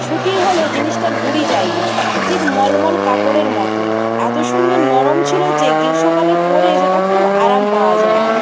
সুতির হলেও জিনিসটা গুঁড়ি যায়নি ঠিক মলমল কাপড়ের মতন এত সুন্দর নরম ছিল যে গ্রীষ্মকালে পরে সেটা খুব আরাম পাওয়া যায়